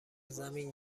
زمین